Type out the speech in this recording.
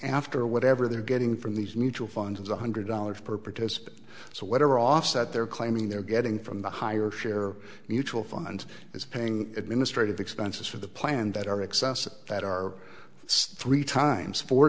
after whatever they're getting from these mutual funds is one hundred dollars per participant so whatever offset they're claiming they're getting from the higher share mutual fund is paying administrative expenses for the plan that are excessive that our streets times four